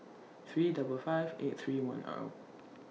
three double five eight three one O